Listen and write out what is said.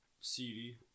CD